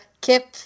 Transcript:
Kip